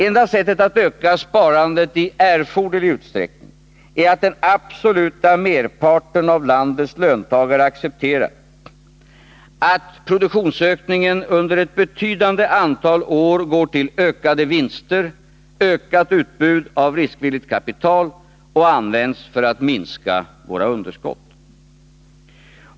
Enda sättet att öka sparandet i erforderlig utsträckning är att den absoluta merparten av landets löntagare accepterar att produktionsökningen under ett betydande antal år går till ökade vinster, till ökat utbud av riskvilligt kapital och till att minska våra underskott.